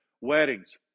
weddings